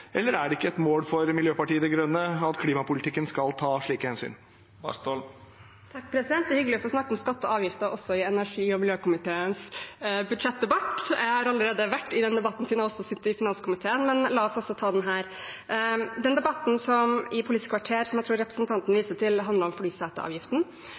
Eller er det ikke et mål for Miljøpartiet De Grønne at klimapolitikken skal ta slike hensyn? Det er hyggelig å få snakke om skatter og avgifter også i energi- og miljøkomiteens budsjettdebatt. Jeg har allerede vært i en slik debatt, siden jeg også sitter i finanskomiteen, men la oss også ta den her. Den debatten i Politisk kvarter som jeg tror representanten